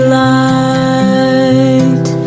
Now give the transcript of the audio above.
light